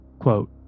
Quote